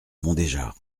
mondéjar